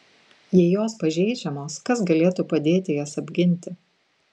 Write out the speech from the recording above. jei jos pažeidžiamos kas galėtų padėti jas apginti